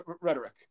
rhetoric